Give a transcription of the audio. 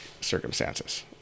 circumstances